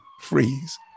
freeze